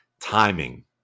timing